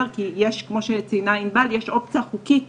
כי כמו שציינה עינבל, יש אופציה חוקית לפיה,